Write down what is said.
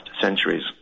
centuries